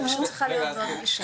אני פשוט צריכה להיות בעוד פגישה.